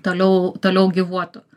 toliau toliau gyvuotų